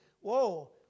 whoa